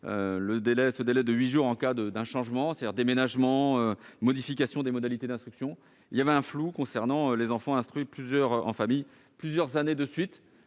un délai de huit jours en cas de changement, c'est-à-dire de déménagement, de modification des modalités d'instruction, mais un flou subsistait concernant les enfants instruits en famille plusieurs années de suite.